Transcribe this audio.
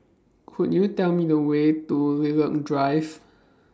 Could YOU Tell Me The Way to Lilac Drive